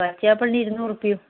പച്ച ആപ്പിളിന് ഇരുന്നൂറ് രൂപയും